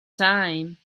time